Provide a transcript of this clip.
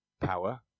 power